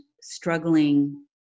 struggling